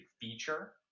feature